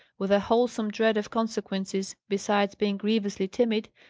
with a wholesome dread of consequences, besides being grievously timid,